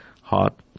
hot